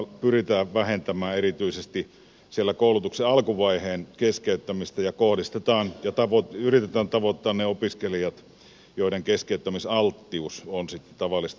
pyritään vähentämään erityisesti sitä koulutuksen alkuvaiheen keskeyttämistä ja yritetään tavoittaa ne opiskelijat joiden keskeyttämisalttius on sitten tavallista suurempaa